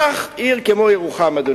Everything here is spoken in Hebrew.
אדוני השר, קח עיר כמו ירוחם.